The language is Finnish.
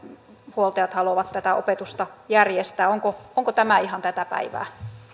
huoltajat haluavat tätä opetusta järjestää onko tämä ihan tätä päivää